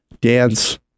Dance